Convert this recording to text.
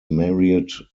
married